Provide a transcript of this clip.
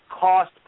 cost